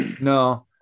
no